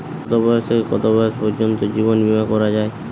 কতো বয়স থেকে কত বয়স পর্যন্ত জীবন বিমা করা যায়?